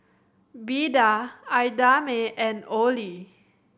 Beda Idamae and Olie